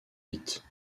vite